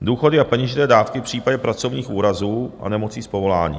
Důchody a peněžité dávky v případě pracovních úrazů a nemocí z povolání.